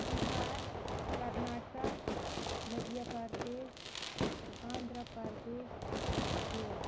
Bihar Karnataka Madhya Pradesh Andhra Pradesh Goa